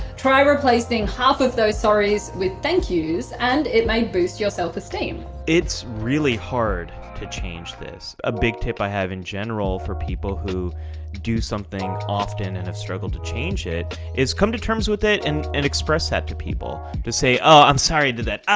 try replacing half of those sorrys with thank-yous and it may boost your self-esteem. it's really hard to change this. a big tip i have in general for people who do something often and have struggled to change it is come to terms with it and and express that to people to say, oh i'm sorry did that!